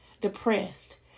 Depressed